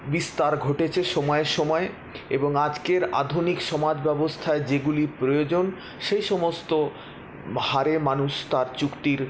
বিস্তার ঘটেছে সময়ে সময়ে এবং আজকের আধুনিক সমাজ ব্যবস্থায় যেগুলি প্রয়োজন সে সমস্ত হারে মানুষ তার চুক্তির